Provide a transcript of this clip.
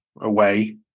away